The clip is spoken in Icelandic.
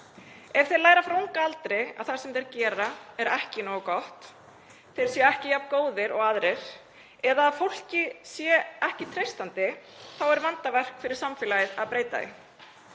Ef þeir læra frá unga aldri að það sem þeir gera sé ekki nógu gott, þeir séu ekki jafn góðir og aðrir eða að fólki sé ekki treystandi þá er vandaverk fyrir samfélagið að breyta því.